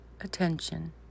attention